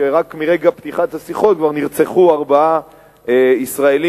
שרק מרגע פתיחת השיחות כבר נרצחו ארבעה ישראלים,